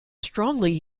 strongly